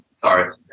sorry